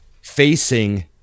facing